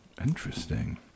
Interesting